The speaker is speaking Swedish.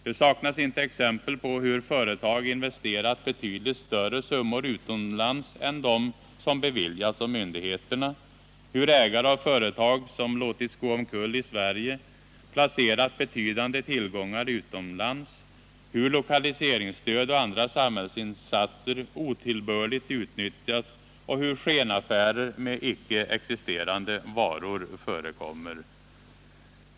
Det saknas inte exempel på hur företag investerat betydligt större summor utomlands än de som beviljas av myndigheterna, hur ägare till företag som låtits gå omkull i Sverige placerat betydande tillgångar utomlands, hur lokaliseringsstöd och andra samhällsinsatser otillbörligt utnyttjats och hur skenaffärer med icke existerande varor förekommer.